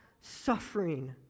suffering